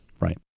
right